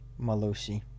Malusi